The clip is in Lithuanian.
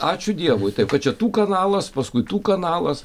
ačiū dievui taip kad čia tų kanalas paskui tų kanalas